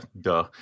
duh